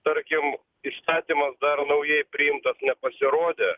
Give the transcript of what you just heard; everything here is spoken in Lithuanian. tarkim įstatymas dar naujai priimtas nepasirodė